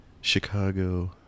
Chicago